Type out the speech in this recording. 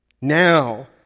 now